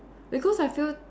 because I feel